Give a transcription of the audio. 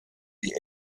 sie